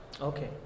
Okay